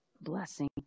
blessing